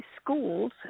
schools